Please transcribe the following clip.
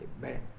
man